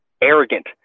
arrogant